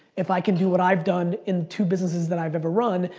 if i can do what i've done in two businesses that i've ever run,